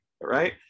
right